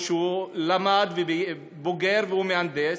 שהוא למד ובוגר והוא מהנדס.